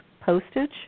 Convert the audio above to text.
postage